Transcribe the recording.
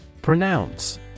Pronounce